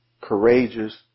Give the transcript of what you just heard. courageous